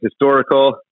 historical